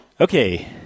okay